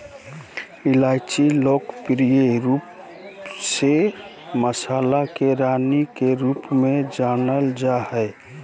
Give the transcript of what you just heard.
इलायची लोकप्रिय रूप से मसाला के रानी के रूप में जानल जा हइ